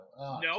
No